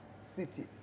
city